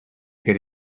get